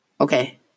Okay